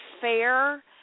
fair